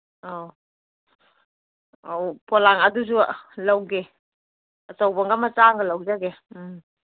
ꯑꯧ ꯑꯧ ꯄꯣꯂꯥꯡ ꯑꯗꯨꯁꯨ ꯂꯧꯒꯦ ꯑꯆꯧꯕ ꯑꯃꯒ ꯃꯆꯥ ꯑꯃꯒ ꯂꯧꯖꯒꯦ ꯎꯝ